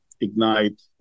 ignite